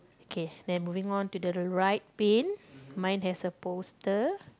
okay then moving on to the right paint mine has a poster